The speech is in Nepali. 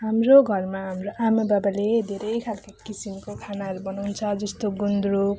हाम्रो घरमा हाम्रो आमाबाबाले धेरै खालको किसिमको खानाहरू बनाउँछ जस्तो गुन्द्रुक